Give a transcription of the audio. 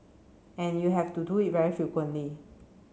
and you have to do it very frequently